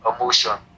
emotion